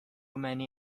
many